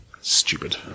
stupid